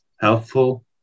helpful